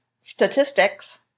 statistics